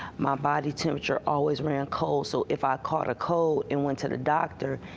my body temperature always ran cold, so if i caught a cold and went to the doctor,